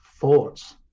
thoughts